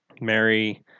Mary